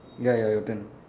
ya ya your turn